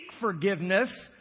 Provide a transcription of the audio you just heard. forgiveness